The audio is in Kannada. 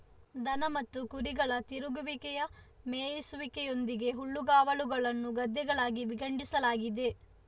ದನ ಮತ್ತು ಕುರಿಗಳ ತಿರುಗುವಿಕೆಯ ಮೇಯಿಸುವಿಕೆಯೊಂದಿಗೆ ಹುಲ್ಲುಗಾವಲುಗಳನ್ನು ಗದ್ದೆಗಳಾಗಿ ವಿಂಗಡಿಸಲಾಗಿದೆ